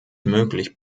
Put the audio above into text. möglich